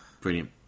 Brilliant